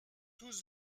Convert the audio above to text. tous